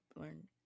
learn